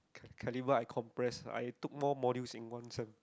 carnival I compress lah I took more modules in one sem